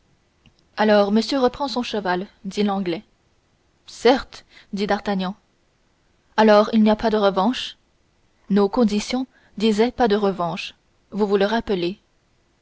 alors monsieur reprend son cheval dit l'anglais certes dit d'artagnan alors il n'y a pas de revanche nos conditions disaient pas de revanche vous vous le rappelez